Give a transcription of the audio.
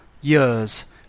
years